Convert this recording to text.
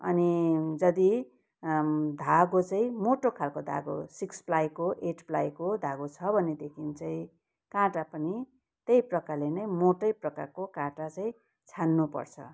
अनि यदि धागो चाहिँ मोटो खालको धागो सिक्स प्लाईको एट प्लाईको धागो छ भनेदेखि चाहिँ काँटा पनि त्यही प्रकारले नै मोटै प्रकारको काँटा चाहिँ छान्नुपर्छ